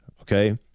okay